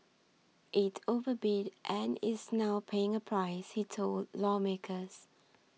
it overbid and is now paying a price he told lawmakers